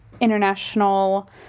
international